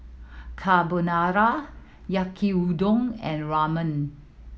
Carbonara Yaki Udon and Ramen